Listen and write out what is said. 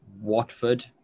Watford